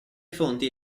fonti